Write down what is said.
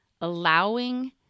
Allowing